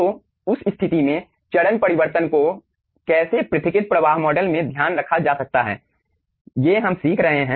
तो उस स्थिति में चरण परिवर्तन को कैसे पृथक्कृत प्रवाह मॉडल में ध्यान रखा जा सकता है ये हम सीख रहे हैं